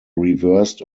reversed